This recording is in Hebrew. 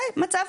זה מצב